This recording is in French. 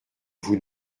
vous